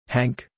Hank